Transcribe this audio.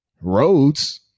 roads